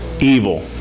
evil